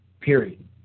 period